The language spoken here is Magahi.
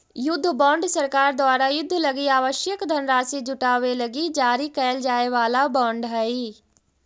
युद्ध बॉन्ड सरकार द्वारा युद्ध लगी आवश्यक धनराशि जुटावे लगी जारी कैल जाए वाला बॉन्ड हइ